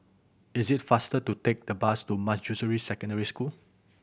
is it faster to take the bus to Manjusri Secondary School